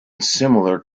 similar